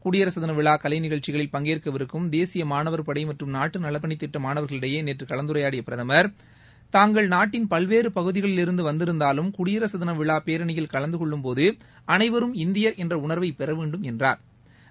குடியரசுதின விழா கலைநிகழ்ச்சிகளில் பங்கேற்கவிருக்கும் தேசிய மாணவர் படை மற்றும் நாட்டு நலப்பணித்திட்ட மாணவர்களிடையே நேற்று கலந்துரையாடிய பிரதமர் தாங்கள் நாட்டின் பல்வேறு பகுதிகளில் இருந்து வந்திருந்தாலும் குடியரகதின விழா பேரணியில் கலந்தகொள்ளும் போது அனைவரும் இந்தியா் என்ற உணாவை பெற வேண்டும் என்றாா்